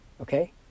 Okay